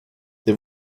they